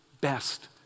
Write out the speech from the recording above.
best